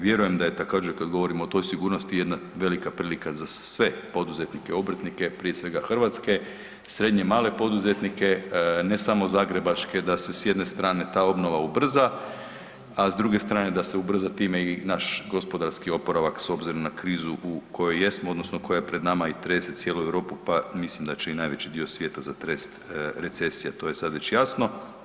Vjerujem da je također, kad govorimo o toj sigurnosti, jedna velika prilika za sve poduzetnike, obrtnike, prije svega, hrvatske, srednje, male poduzetnike, ne samo zagrebačke, da se s jedne strane ta obnova ubrza, a s druge strane da se ubrza time i naš gospodarski oporavak s obzirom na krizu u kojoj jesmo, odnosno koja je pred nama i trese cijelu Europu, pa mislim da će i najveći dio svijeta zatresti recesija, to je sad već jasno.